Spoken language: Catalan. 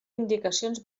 indicacions